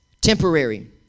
temporary